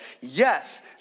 Yes